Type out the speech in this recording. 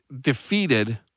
defeated